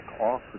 off